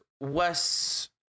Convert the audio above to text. Wes